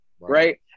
right